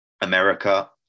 America